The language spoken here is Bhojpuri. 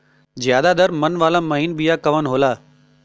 ज्यादा दर मन वाला महीन बिया कवन होला?